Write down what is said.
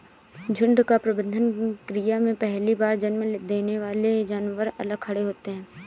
झुंड का प्रबंधन क्रिया में पहली बार जन्म देने वाले जानवर अलग खड़े होते हैं